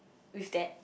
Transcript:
with that